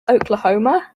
oklahoma